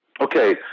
okay